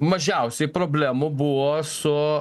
mažiausiai problemų buvo su